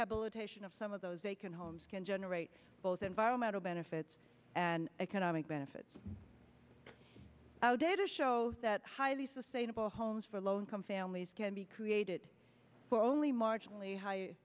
of some of those vacant homes can generate both environmental benefits and economic benefits out data show that highly sustainable homes for low income families can be created for only marginally high